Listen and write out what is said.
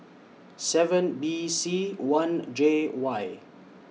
seven B C one J Y